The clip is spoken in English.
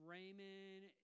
Raymond